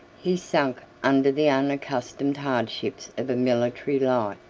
he sunk under the unaccustomed hardships of a military life.